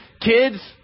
kids